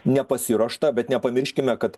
nepasiruošta bet nepamirškime kad